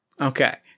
okay